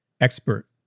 expert